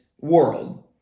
world